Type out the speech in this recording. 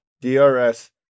DRS